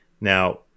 Now